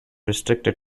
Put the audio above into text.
restricted